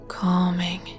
Calming